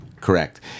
Correct